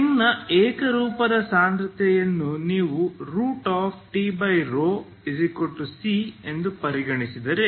ಸ್ಟ್ರಿಂಗ್ನ ಏಕರೂಪದ ಸಾಂದ್ರತೆಯನ್ನು ನೀವುTc ಪರಿಗಣಿಸಿದರೆ